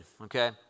okay